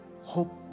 Hope